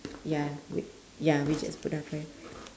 ya we ya we just put down fir~